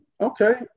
okay